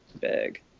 big